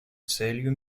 целью